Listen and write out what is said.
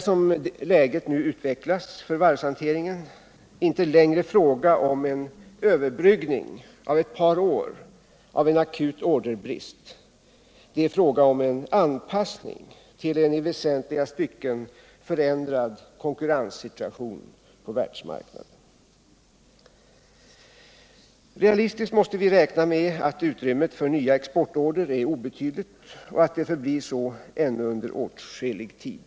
Som läget nu har utvecklats för varvshanteringen är det inte längre fråga om en ”överbryggning” av ett par år av akut orderbrist. Det är fråga om en anpassning till en i väsentliga stycken förändrad konkurrenssituation på världsmarknaden. Realistiskt måste vi räkna med att utrymmet för nya exportorder är obetydligt och att det förblir så ännu under åtskillig tid.